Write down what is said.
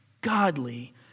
godly